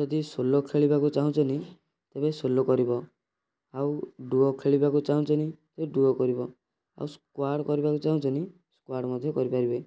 ଯଦି ସୋଲୋ ଖେଳିବାକୁ ଚାହୁଁଛନ୍ତି ତେବେ ସୋଲୋ କରିବ ଆଉ ଡୁଅ ଖେଳିବାକୁ ଚାହୁଁଛନ୍ତି ତ ଡୁଅ କରିବ ଆଉ ସ୍କ୍ବାଡ଼ କରିବାକୁ ଚାହୁଁଛନ୍ତି ସ୍କ୍ବାଡ଼ ମଧ୍ୟ କରିପାରିବେ